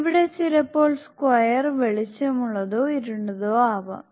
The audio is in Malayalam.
ഇവിടെ ചിലപ്പോൾ സ്ക്വയർ വെളിച്ചമുള്ളതോ ഇരുണ്ടതോ ആവാം